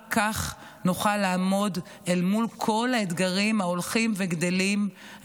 רק כך נוכל לעמוד מול כל האתגרים הביטחוניים ההולכים וגדלים.